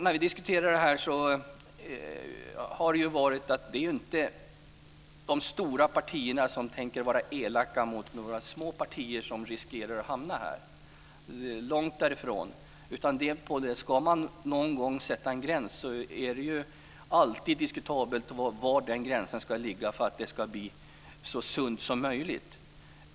När vi diskuterat detta har det inte handlat om att de stora partierna tänker vara elaka mot några små partier som riskerar att hamna här - långt därifrån. Ska man någon gång sätta en gräns är det alltid diskutabelt var den gränsen ska ligga för att det ska bli så sunt som möjligt.